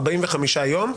45 יום,